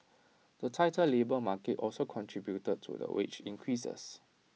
the tighter labour market also contributed to the wage increases